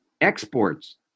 Exports